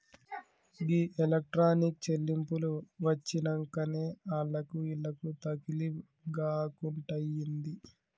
గీ electronic చెల్లింపులు వచ్చినంకనే ఆళ్లకు ఈళ్లకు తకిలీబ్ గాకుంటయింది